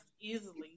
easily